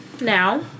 now